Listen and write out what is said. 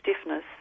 stiffness